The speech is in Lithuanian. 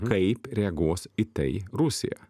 kaip reaguos į tai rusija